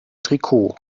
trikot